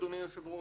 אדוני היושב-ראש,